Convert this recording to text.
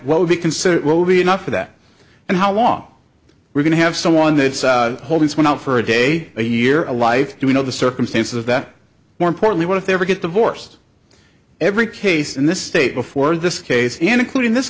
what would be considered will be enough for that and how long we're going to have someone that's holding one out for a day a year a life do we know the circumstances of that more importantly what if they ever get divorced every case in this state before this case and including this